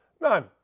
None